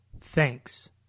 Thanks